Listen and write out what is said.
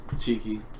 cheeky